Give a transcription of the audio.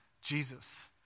Jesus